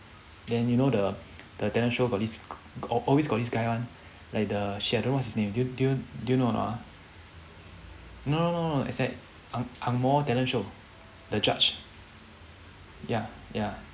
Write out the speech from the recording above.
then you know the the talent show got this always got this guy [one] like the shadow what's his name do do you do you know or not ah no no no it's like ang~ angmoh talent show the judge ya ya